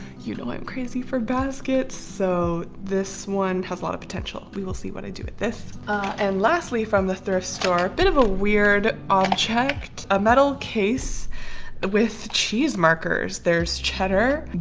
you know i'm crazy for baskets so this one has a lot of potential. we will see what i do with this and lastly from the thrift store a bit of a weird object. a metal case with cheese markers. there's cheddar,